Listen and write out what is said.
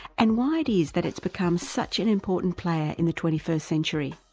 and why it is that it's become such an important player in the twenty first century.